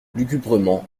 lugubrement